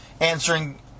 answering